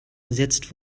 ersetzt